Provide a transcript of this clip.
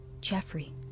jeffrey